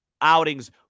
outings